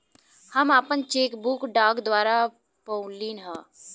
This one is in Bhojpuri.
हम आपन चेक बुक डाक द्वारा पउली है